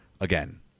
again